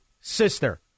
sister